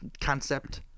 concept